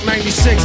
96